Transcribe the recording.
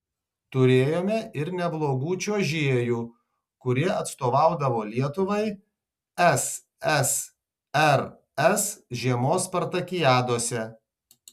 turėjome ir neblogų čiuožėjų kurie atstovaudavo lietuvai ssrs žiemos spartakiadose